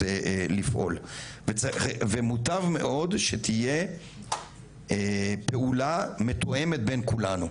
לפעול ומוטב מאוד שתהיה פעולה מתואמת בין כולנו,